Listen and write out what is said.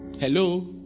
Hello